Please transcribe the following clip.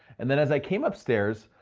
and then as i came upstairs,